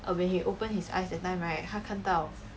uh when he open his eyes that time right 他看到